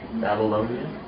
Babylonia